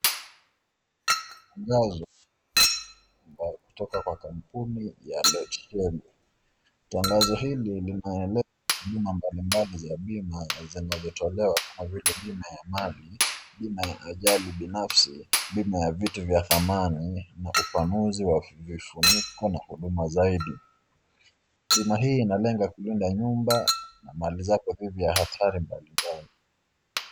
Hili ni tangazo kutoka kampuni ya lesheni tangazo ili Ina haina mbalimbali za bima zinazotolewa kama vile bima ya maji bima ya ajali binafsi bima ya vitu vya dhamani na kupambana na upanuzi wa vifuniko na Huduma zaidi bima hii inalenga nyumba na kumaliza hatari mbalimbali.